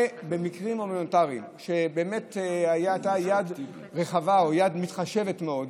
במקרים הומניטריים באמת הייתה יד רחבה או יד מתחשבת מאוד,